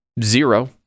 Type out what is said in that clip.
zero